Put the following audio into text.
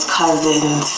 cousins